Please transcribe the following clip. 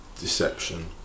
deception